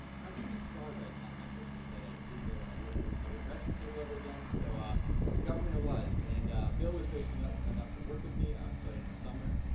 i was pretty scared by econometrics, i decided i didn't really want to look at a regression table ever again, so government it was. and bill was gracious enough enough to work with me starting in the summer.